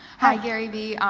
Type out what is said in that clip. hi garyvee.